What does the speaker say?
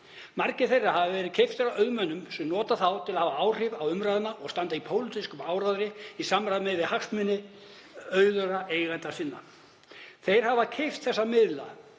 Margir þeirra hafa verið keyptir af auðmönnum sem nota þá til að hafa áhrif á umræðuna og standa í pólitískum áróðri sem styður við hagsmuni auðugra eigenda þeirra. Þeir hafa keypt þessa miðla,